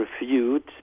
reviewed